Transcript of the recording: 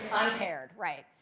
paired, right.